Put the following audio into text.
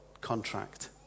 contract